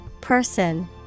Person